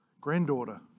granddaughter